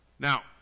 Now